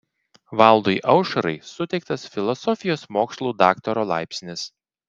valdui aušrai suteiktas filosofijos mokslų daktaro laipsnis